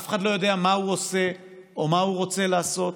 אף אחד לא יודע מה הוא עושה או מה הוא רוצה לעשות.